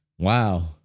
Wow